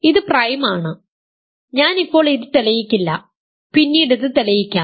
ഇത് പ്രൈം ആണ് ഞാൻ ഇപ്പോൾ ഇത് തെളിയിക്കില്ല പിന്നീട് ഇത് തെളിയിക്കാം